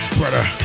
brother